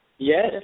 Yes